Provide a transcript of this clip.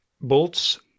bolts